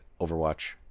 Overwatch